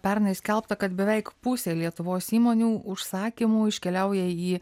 pernai skelbta kad beveik pusė lietuvos įmonių užsakymų iškeliauja į